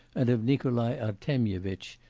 and of nikolai artemyevitch,